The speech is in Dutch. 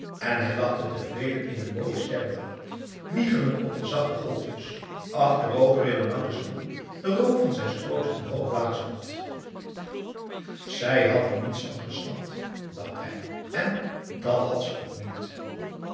en hij lachte tevreden in den mooien sterrennacht wiegelend op de zachte golfjes achterover in een langen stoel den rook van zijn strootje omhoog blazend zij had er niets van gesnapt dacht hij en dat had ze ook niet